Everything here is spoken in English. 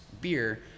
beer